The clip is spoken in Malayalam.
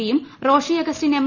പി യും റോഷി അഗസ്റ്റിൻ എം